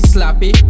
Slappy